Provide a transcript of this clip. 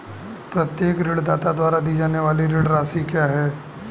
प्रत्येक ऋणदाता द्वारा दी जाने वाली ऋण राशि क्या है?